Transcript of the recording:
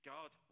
God